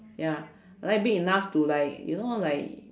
ya I like big enough to like you know like